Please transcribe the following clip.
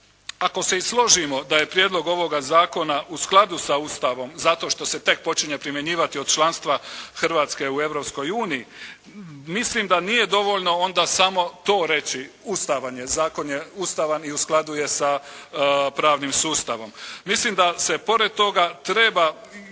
ako se i složimo da je prijedlog ovoga zakona u skladu sa Ustavom zato što se tek počinje primjenjivati od članstva Hrvatske u Europskoj uniji, mislim da nije dovoljno onda samo to reći, ustavan je, zakon je ustavan i u skladu je sa pravnim sustavom. Mislim da se pored toga treba